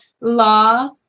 law